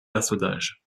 personnages